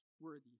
worthy